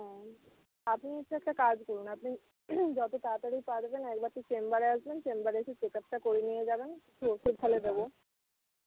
ও আপনি একটু একটা কাজ করুন আপনি যত তাড়াতাড়ি পারবেন একবারটি চেম্বারে আসবেন চেম্বারে এসে চেক আপটা করে নিয়ে যাবেন কিছু ওষুধ তাহলে দেবো